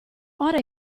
ora